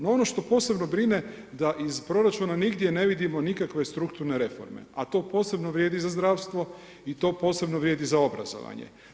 No, ono što posebno brine da iz proračuna nigdje ne vidimo nikakve strukturne reforme, a to posebno vrijedi za zdravstvo i to posebno vrijedi za obrazovanje.